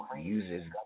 uses